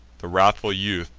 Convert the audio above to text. the wrathful youth,